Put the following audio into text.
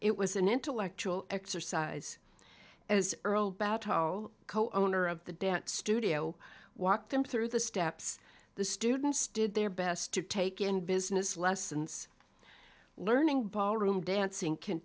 it was an intellectual exercise as earl battle co owner of the dance studio walked him through the steps the students did their best to take in business lessons learning ballroom dan